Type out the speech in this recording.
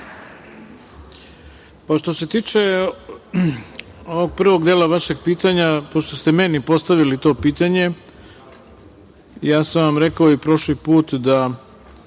Hvala. Što se tiče ovog prvog dela vašeg pitanja, pošto ste meni postavili to pitanje, ja sam vam rekao i prošli put da